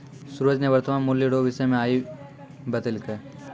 सूरज ने वर्तमान मूल्य रो विषय मे आइ बतैलकै